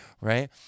Right